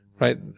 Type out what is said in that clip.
right